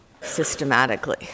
systematically